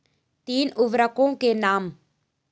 तीन उर्वरकों के नाम?